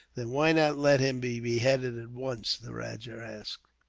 then why not let him be beheaded at once? the rajah asked.